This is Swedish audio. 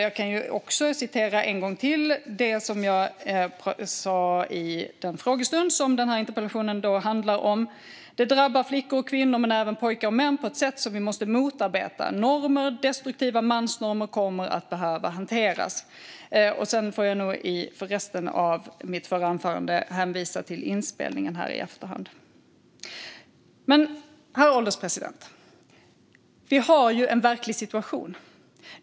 Jag kan också citera en gång till det som jag sa i den frågestund som den här interpellationen handlar om: "Det drabbar flickor och kvinnor men även pojkar och män på ett sätt som vi måste motarbeta. Normer - destruktiva mansnormer - kommer att behöva hanteras." För resten av mitt förra anförande får jag nog hänvisa till inspelningen i efterhand. Herr ålderspresident! Vi har ju en verklig situation.